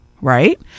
Right